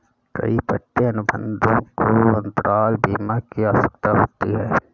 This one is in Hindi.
कई पट्टे अनुबंधों को अंतराल बीमा की आवश्यकता होती है